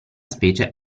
specie